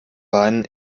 beinen